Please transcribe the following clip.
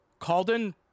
Calden